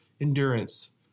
endurance